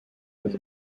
was